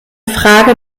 frage